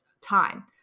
time